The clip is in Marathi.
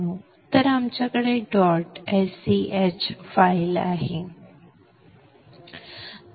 तर आमच्याकडे डॉट sch फाइल आहे